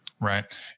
Right